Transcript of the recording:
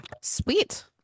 Sweet